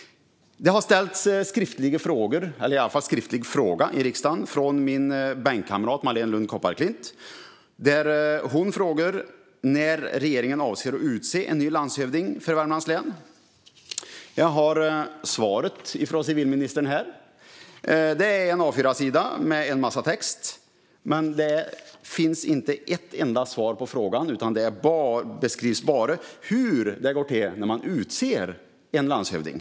Det har ställts skriftliga frågor - eller i alla fall en skriftlig fråga - i riksdagen. Min bänkkamrat Marléne Lund Kopparklint frågar där när regeringen avser att utse en ny landshövding för Värmlands län. Jag har svaret från civilministern här. Det är en A4-sida med en massa text, men där finns inte ett enda svar på frågan. Det beskrivs bara hur det går till när man utser en landshövding.